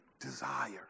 desire